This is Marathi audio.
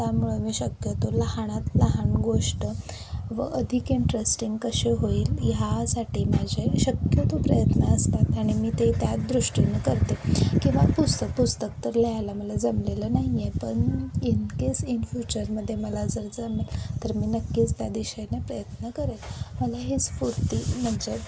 त्यामुळे मी शक्यतो लहानात लहान गोष्ट व अधिक इंटरेस्टिंग कसे होईल ह्यासाठी माझे शक्यतो प्रयत्न असतात आणि मी ते त्याच दृष्टीनं करते किंवा पुस्तक पुस्तक तर लिहायला मला जमलेलं नाही आहे पण इन केस इन फ्युचरमध्ये मला जर जमेल तर मी नक्कीच त्या दिशेनं प्रयत्न करेन मला हे स्फूर्ती म्हणजे